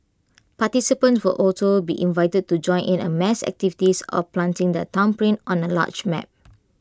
participants will also be invited to join in A mass activity of planting their thumbprint on A large map